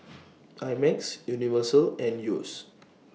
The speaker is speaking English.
I Max Universal and Yeo's